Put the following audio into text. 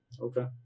Okay